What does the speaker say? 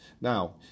Now